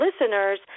listeners